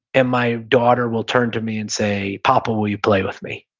and my daughter will turn to me and say, papa, will you play with me?